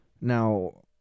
Now